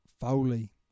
Foley